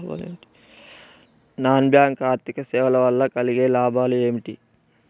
Non bank ఆర్థిక సేవల వల్ల కలిగే లాభాలు ఏమిటి?